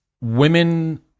women